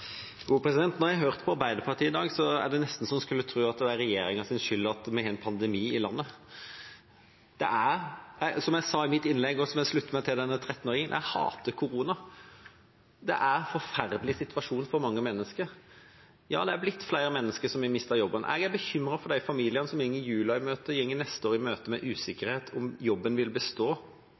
Når jeg har hørt på Arbeiderpartiet i dag, er det nesten så en skulle tro at det er regjeringas skyld at vi har en pandemi i landet. Det er som jeg sa i mitt innlegg, at jeg slutter meg til denne 13-åringen: Jeg hater korona. Det er en forferdelig situasjon for mange mennesker. Ja, det er blitt flere mennesker som har mistet jobben. Jeg er bekymret for de familiene som går jula og neste år i møte med usikkerhet om jobben vil bestå.